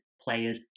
players